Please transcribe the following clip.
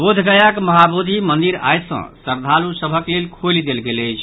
बोधगयाक महाबोधि मंदिर आइ सॅ श्रद्धालु सभक लेल खोलि देल गेल अछि